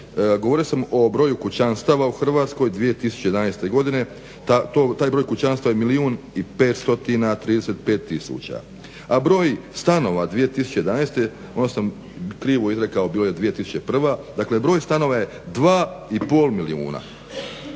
govorio sam o broju kućanstava u Hrvatskoj 2011.godine, taj broj kućanstava je milijun 535 tisuća, a broj stanova 2011.odnosno krivo sam izrekao bilo je 2001.dakle broj stanova je 2,5 milijuna.